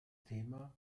thema